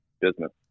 business